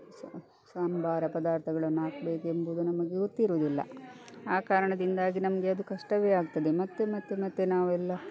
ಸಾ ಸಾಂಬಾರ ಪದಾರ್ಥಗಳನ್ನು ಹಾಕ್ಬೇಕೆಂಬುದು ನಮಗೆ ಗೊತ್ತಿರುವುದಿಲ್ಲ ಆ ಕಾರಣದಿಂದಾಗಿ ನಮಗೆ ಅದು ಕಷ್ಟವೇ ಆಗ್ತದೆ ಮತ್ತೆ ಮತ್ತೆ ಮತ್ತೆ ನಾವೆಲ್ಲ